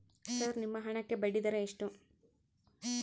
Sir ನಿಮ್ಮ ಹಣಕ್ಕೆ ಬಡ್ಡಿದರ ಎಷ್ಟು?